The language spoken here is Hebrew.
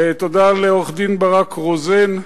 תודה לעורך-דין ברק רוזן,